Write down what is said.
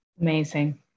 amazing